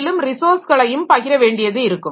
மேலும் ரிசோர்ஸ்களையும் பகிர வேண்டியது இருக்கும்